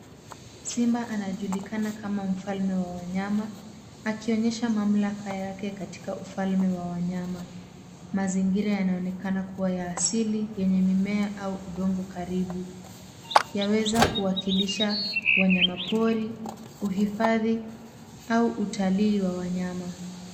Simba anajulikana kama mfalme wa wanyama akionyesha mamlaka yake katika ufalme wa wanyama. Mazingira yanaonekana kuwa ya asili yenye mimea au udongo karibu. Yaweza kuwakilisha wanyamapori uhifadhi au utalili wa wanyama.